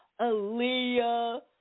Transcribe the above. Aaliyah